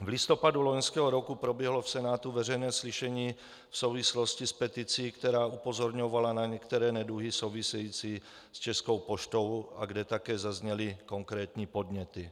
V listopadu loňského roku proběhlo v Senátu veřejné slyšení v souvislosti s peticí, která upozorňovala na některé neduhy související s Českou poštou, a kde také zazněly konkrétní podněty.